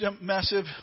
massive